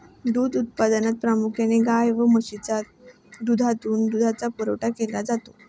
दूध उत्पादनात प्रामुख्याने गाय व म्हशीच्या दुधातून दुधाचा पुरवठा केला जातो